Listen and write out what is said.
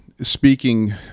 speaking